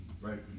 Right